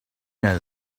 know